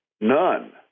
None